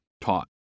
taught